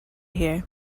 here